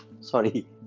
Sorry